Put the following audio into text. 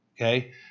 okay